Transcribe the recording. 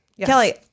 Kelly